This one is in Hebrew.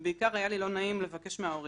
ובעיקר היה לי לא נעים לבקש מההורים,